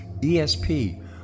ESP